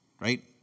right